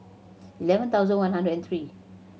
eleven thousand one hundred and three